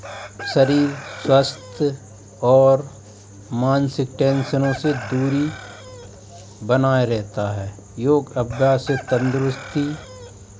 शरीर स्वस्थ और मानसिक टेंशनों से दूरी बनाए रहता है योग अभ्यास से तंदुरुस्ती